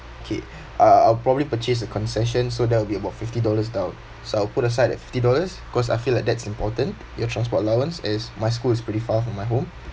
okay uh I'll probably purchase a concession so that will be about fifty dollars down so I'll put aside that fifty dollars cause I feel like that's important your transport allowance as my school is pretty far from my home